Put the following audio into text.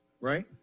right